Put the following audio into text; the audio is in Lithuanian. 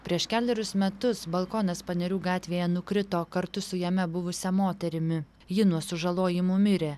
prieš kelerius metus balkonas panerių gatvėje nukrito kartu su jame buvusia moterimi ji nuo sužalojimų mirė